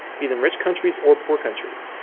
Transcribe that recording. be the rich countries or poor countries.